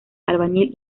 albañil